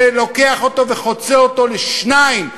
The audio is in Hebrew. שלוקח אותו וחוצה אותו לשניים,